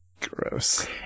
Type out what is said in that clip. gross